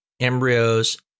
embryos